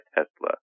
Tesla